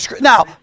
Now